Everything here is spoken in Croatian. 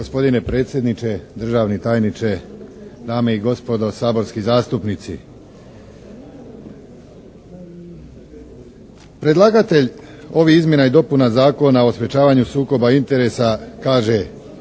Gospodine predsjedniče, državni tajniče, dame i gospodo saborski zastupnici! Predlagatelj ovih izmjena i dopuna Zakona o sprječavanju sukoba interesa kaže